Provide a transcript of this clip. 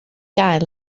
gael